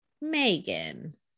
Megan